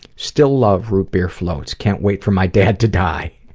still love root beer floats. can't wait for my dad to die.